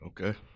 Okay